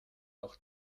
auch